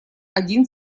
один